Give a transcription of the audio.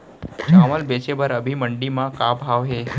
चांवल बेचे बर अभी मंडी म का भाव हे?